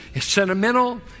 sentimental